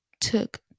took